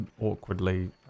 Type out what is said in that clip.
awkwardly